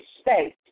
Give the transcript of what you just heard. state